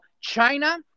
China